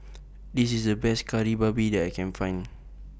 This IS The Best Kari Babi that I Can Find